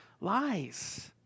lies